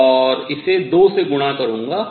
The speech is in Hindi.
और इसे 2 से गुणा करूंगा